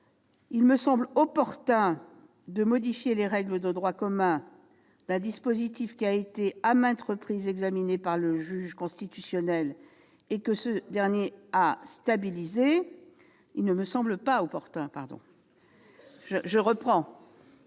il me semble inopportun de modifier les règles de droit commun d'un dispositif qui a été à maintes reprises examiné par le juge constitutionnel et que ce dernier a stabilisé. Je rappelle que les communes doivent